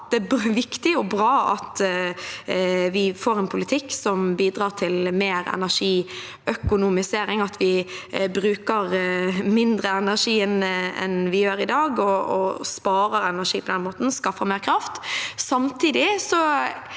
Det er viktig og bra at vi får en politikk som bidrar til mer energiøkonomisering, at vi bruker mindre energi enn vi gjør i dag, sparer energi og på den måten skaper mer kraft.